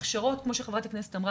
הכשרות, כמו שחברת הכנסת אמרה,